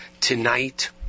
tonight